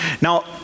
Now